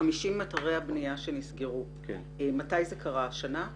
50 אתרי הבנייה שנסגרו, מתי זה קרה, השנה?